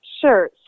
Sure